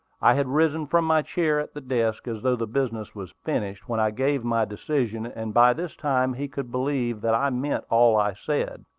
i had risen from my chair at the desk, as though the business was finished, when i gave my decision and by this time he could believe that i meant all i said.